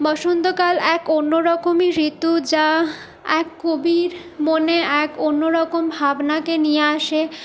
বসন্তকাল এক অন্য রকমই ঋতু যা এক কবির মনে এক অন্যরকম ভাবনাকে নিয়ে আসে